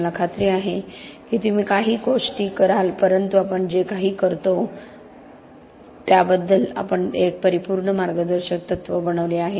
मला खात्री आहे की तुम्ही येथे काही गोष्टी कराल परंतु आपण जे काही करतो त्याबद्दल आपण ते एक परिपूर्ण मार्गदर्शक तत्त्व बनवले आहे